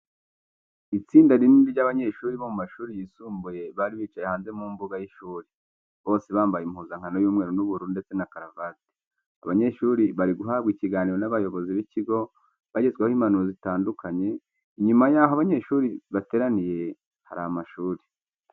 Itsinda rinini ry'abanyeshuri bo mu mashuri yisumbuye bari bicaye hanze mu mbuga y'ishuri. Bose bambaye impuzankano y'umweru n'ubururu ndetse na karavate. Abanyeshuri bari guhabwa ikiganiro n'abayobozi b'ikigo, bagezwaho impanuro zitandukanye, inyuma yaho abo banyeshuri bateraniye hari amashuri.